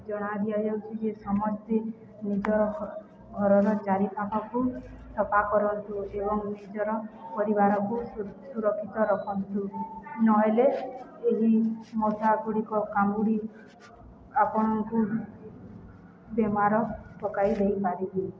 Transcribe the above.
ଜଣାଇ ଦିଆଯାଉଛି ଯେ ସମସ୍ତେ ନିଜ ଘରର ଚାରିପାଖକୁ ସଫା କରନ୍ତୁ ଏବଂ ନିଜର ପରିବାରକୁ ସୁରକ୍ଷିତ ରଖନ୍ତୁ ନହେଲେ ଏହି ମଶାଗୁଡ଼ିକ କାମୁଡ଼ି ଆପଣଙ୍କୁ ବେମାର ପକାଇ ଦେଇପାରିବେ